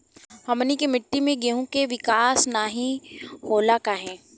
हमनी के मिट्टी में गेहूँ के विकास नहीं होला काहे?